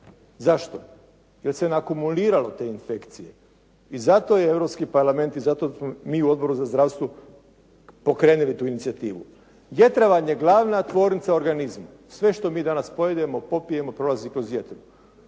Zašto? Jer se naakumuliralo te infekcije i zato je Europski parlament i zato smo mi u Odboru za zdravstvo pokrenuli tu inicijativu. Jetra vam je glavna tvornica organizma. Sve što mi danas pojedemo, popijemo prolazi kroz jetru.